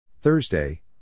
Thursday